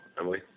Emily